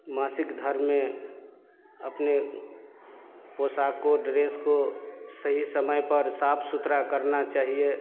मासिक धर्म में अपने पोशाक को ड्रेस को सही समय पर साफ सुथरा करना चाहिए